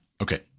okay